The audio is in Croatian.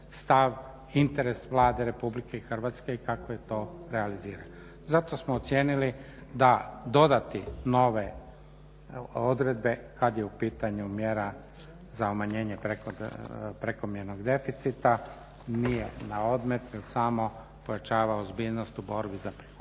stav, interes Vlade RH i kako je to realizirano. Zato smo ocijenili da dodati nove odredbe kad je u pitanju mjera za umanjenje prekomjernog deficita nije na odmet nego samo pojačava ozbiljnost u borbi za prikupljanje